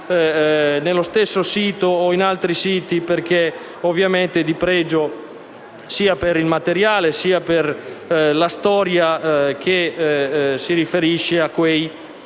nello stesso sito o in altri siti, perché di pregio sia per il materiale sia per la storia che si riferisce a quegli